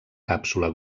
càpsula